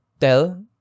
tell